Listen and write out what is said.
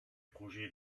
projets